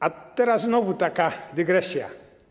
A teraz znowu taka dygresja.